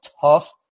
tough